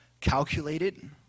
calculated